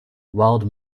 wide